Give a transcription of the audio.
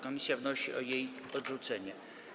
Komisja wnosi o jej odrzucenie.